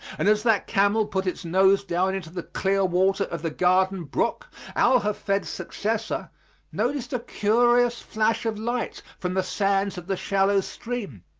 and as that camel put its nose down into the clear water of the garden brook al hafed's successor noticed a curious flash of light from the sands of the shallow stream,